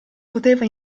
poteva